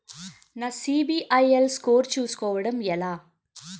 నా సిబిఐఎల్ స్కోర్ చుస్కోవడం ఎలా?